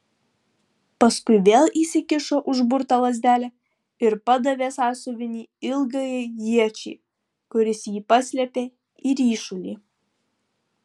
paskui vėl įsikišo užburtą lazdelę ir padavė sąsiuvinį ilgajai iečiai kuris jį paslėpė į ryšulį